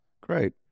Great